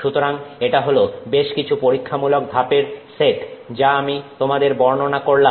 সুতরাং এটা হল বেশ কিছু পরীক্ষামূলক ধাপের সেট যা আমি তোমাদের বর্ণনা করলাম